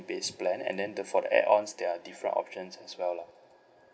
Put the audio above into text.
base plan and then the for the add ons there are different options as well lah